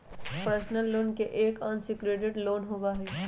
personal loan एक unsecured loan होबा हई